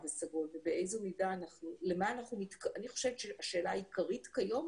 הסגול אני חושבת שהשאלה העיקרית כיום